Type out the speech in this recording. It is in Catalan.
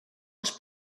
als